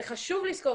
וחשוב לזכור,